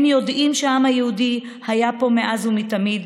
הם יודעים שהעם היהודי היה פה מאז ומתמיד,